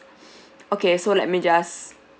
okay so let me just